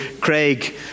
Craig